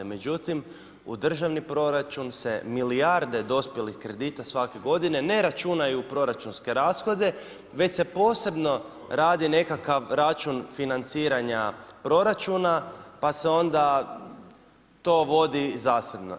Međutim, u državni proračun se milijarde dospjelih kredita svake godine ne računaju u proračunske rashode već se posebno radi nekakav račun financiranja proračuna pa se onda to vodi zasebno.